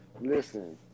listen